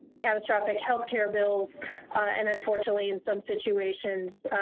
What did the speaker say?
catastrophic healthcare bills and unfortunately, in some situations,